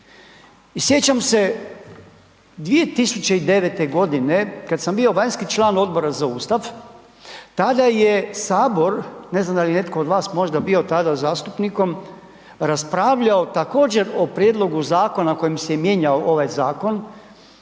I sjećam se 2009. g. kad sam bio vanjski član Odbora za Ustav, tada je Sabor, ne znam da li je netko vas možda bio tada zastupnikom, raspravljao također o prijedlogu zakona kojim se mijenjao ovaj zakon,